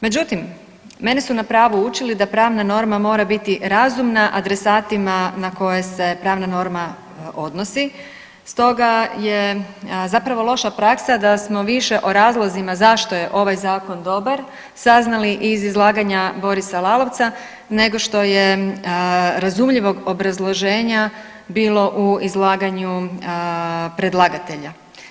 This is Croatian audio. Međutim, mene su na pravu učili da pravna norma mora biti razumna adresatima na koje se pravna norma odnosi, stoga je zapravo loša praksa da smo više o razlozima zašto je ovaj zakon dobar saznali iz izlaganja Borisa Lalovca, nego što je razumljivog obrazloženja bilo u izlaganju predlagatelja.